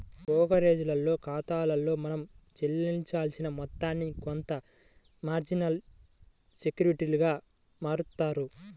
బోకరేజోల్ల ఖాతాలో మనం చెల్లించిన మొత్తాన్ని కొంత మార్జినబుల్ సెక్యూరిటీలుగా మారుత్తారు